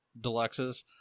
deluxes